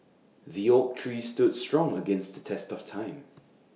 the oak tree stood strong against the test of time